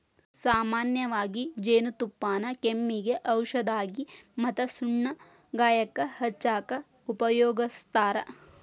ಸಾಮನ್ಯವಾಗಿ ಜೇನುತುಪ್ಪಾನ ಕೆಮ್ಮಿಗೆ ಔಷದಾಗಿ ಮತ್ತ ಸುಟ್ಟ ಗಾಯಕ್ಕ ಹಚ್ಚಾಕ ಉಪಯೋಗಸ್ತಾರ